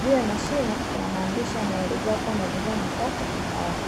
juu ya mashine kuna maandishi yanaelezea kuwa mazingira ni safi na salama.